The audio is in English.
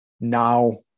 now